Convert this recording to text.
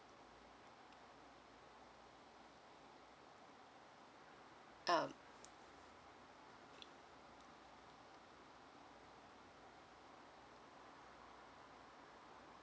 um